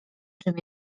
czym